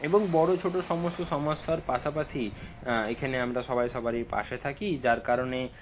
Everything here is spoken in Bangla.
এবং বড় ছোটো সমস্ত সমস্যার পাশাপাশি এখানে আমরা সবাই সবারই পাশে থাকি যার কারণে